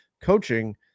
Coaching –